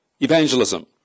evangelism